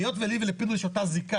היות ולי ולפינדרוס יש את אותה זיקה,